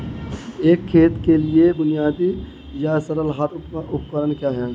एक खेत के लिए बुनियादी या सरल हाथ उपकरण क्या हैं?